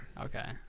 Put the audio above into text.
Okay